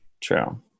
True